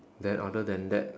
then other than that